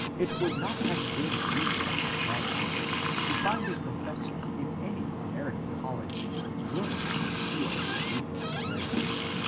it would not have been easy at that date to find a professor in any american college willing to shield negro slaves.